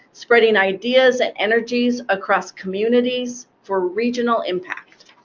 spreading ideas and energies across communities for regional impact.